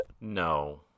No